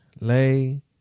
Lay